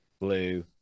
blue